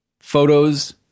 photos